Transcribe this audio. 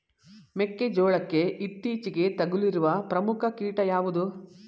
ಮೆಕ್ಕೆ ಜೋಳಕ್ಕೆ ಇತ್ತೀಚೆಗೆ ತಗುಲಿರುವ ಪ್ರಮುಖ ಕೀಟ ಯಾವುದು?